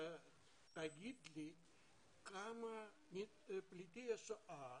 תגיד לי כמה פליטי שואה